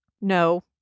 No